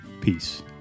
peace